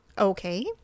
Okay